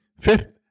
Fifth